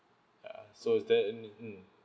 ya so is there any mm